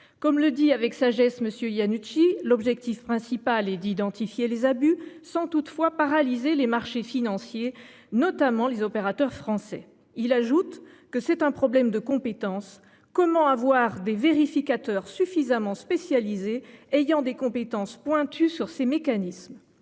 Comme le dit avec sagesse M. Iannucci :« L'objectif principal est d'identifier les abus, sans toutefois paralyser les marchés financiers, notamment les opérateurs français. » Il ajoute :« C'est un problème de compétences. Comment avoir des vérificateurs suffisamment spécialisés, ayant des compétences pointues sur ces mécanismes ?